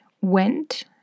went